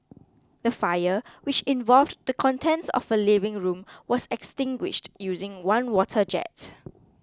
the fire which involved the contents of a living room was extinguished using one water jet